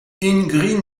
ingrid